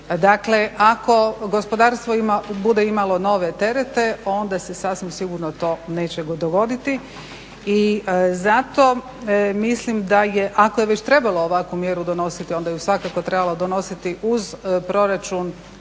Dakle, ako gospodarstvo bude imalo nove terete onda se sasvim sigurno to neće dogoditi i zato mislim da je, ako je već trebalo ovakvu mjeru donositi onda ju je svakako trebalo donositi uz proračun